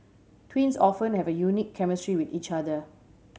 twins often have a unique chemistry with each other